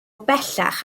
bellach